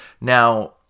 Now